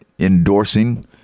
endorsing